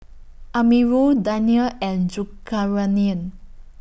Amirul Daniel and Zulkarnain